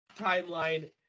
timeline